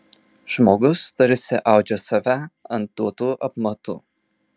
žmogus tarsi audžia save ant duotų apmatų